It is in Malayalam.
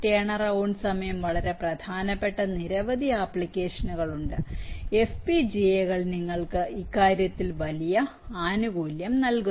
ടേൺഎറൌണ്ട് സമയം വളരെ പ്രധാനപ്പെട്ട നിരവധി ആപ്ലിക്കേഷനുകൾ ഉണ്ട് FPGA കൾ നിങ്ങൾക്ക് ഇക്കാര്യത്തിൽ വലിയ ആനുകൂല്യം നൽകുന്നു